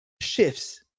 shifts